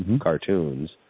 cartoons